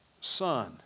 son